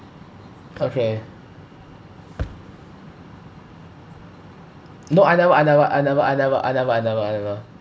okay no I never I never I never I never I never I never I never